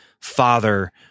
father